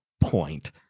point